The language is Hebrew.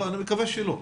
אני מקווה שלא.